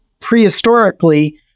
prehistorically